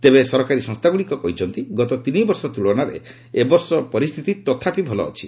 ତେବେ ସରକାରୀ ସଂସ୍ଥାଗୁଡ଼ିକ କହିଛନ୍ତି ଗତ ତିନି ବର୍ଷ ତୁଳନାରେ ଏବର୍ଷ ପରିସ୍ଥିତି ତଥାପି ଭଲ ଅଛି